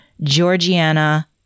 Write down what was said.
Georgiana